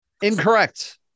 Incorrect